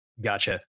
gotcha